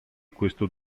questo